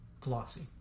glossy